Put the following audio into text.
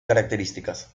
características